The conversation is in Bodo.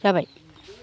जाबाय